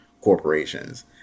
corporations